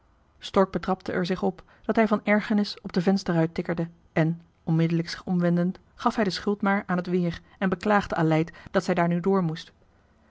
stork betrapte er zich op dat hij van ergernis op de vensterruit tikkerde en onmiddellijk zich omwendend gaf hij de schuld maar aan het weer en beklaagde aleid dat zij daar nu door moest